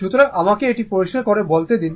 সুতরাং আমাকে এটি পরিষ্কার করে বলতে দিন